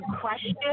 question